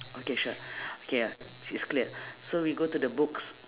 okay sure okay uh it's clear so we go to the books